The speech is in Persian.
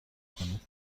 کنید